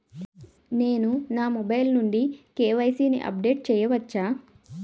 నేను నా మొబైల్ నుండి కే.వై.సీ ని అప్డేట్ చేయవచ్చా?